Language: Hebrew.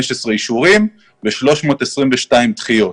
אישורים ו-322 דחיות.